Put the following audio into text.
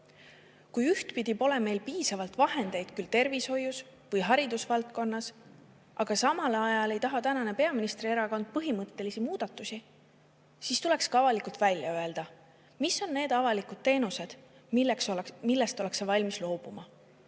Kui ühtpidi pole meil piisavalt vahendeid küll tervishoius või haridusvaldkonnas, aga samal ajal ei taha tänane peaministrierakond põhimõttelisi muudatusi, siis tuleks ka avalikult välja öelda, mis on need avalikud teenused, millest ollakse valmis loobuma.